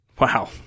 Wow